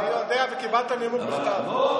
אני יודע, וקיבלת נימוק בכתב.